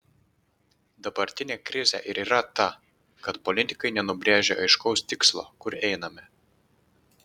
dabartinė krizė ir yra ta kad politikai nenubrėžia aiškaus tikslo kur einame